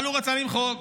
אבל הוא רצה למחוק,